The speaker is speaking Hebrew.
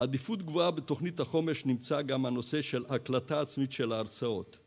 עדיפות גבוהה בתוכנית החומש נמצא גם הנושא של הקלטה עצמית של ההרצאות